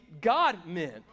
God-men